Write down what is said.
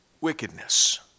wickedness